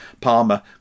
Palmer